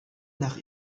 nach